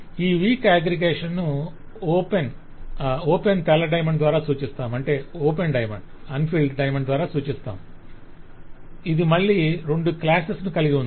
ఈ week aggregation ను open తెల్ల డైమండ్ ద్వారా సూచిస్తాము ఇది మళ్ళీ రెండు క్లాసెస్ ను కలిగి ఉంది